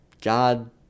God